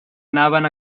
anaven